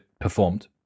performed